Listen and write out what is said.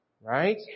right